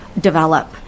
develop